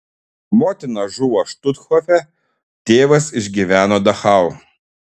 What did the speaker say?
motina žuvo štuthofe tėvas išgyveno dachau